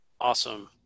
Awesome